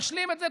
תשלים את זה.